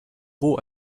roh